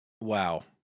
Wow